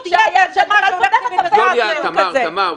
תמר,